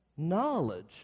knowledge